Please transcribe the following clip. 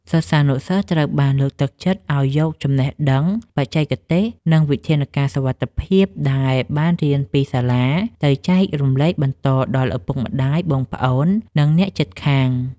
សិស្សានុសិស្សត្រូវបានលើកទឹកចិត្តឱ្យយកចំណេះដឹងបច្ចេកទេស និងវិធានការសុវត្ថិភាពដែលបានរៀនពីសាលា ទៅចែករំលែកបន្តដល់ឪពុកម្ដាយ បងប្អូន និងអ្នកជិតខាង។